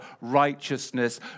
righteousness